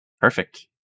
Perfect